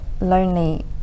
lonely